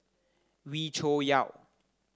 Wee Cho Yaw